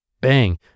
Bang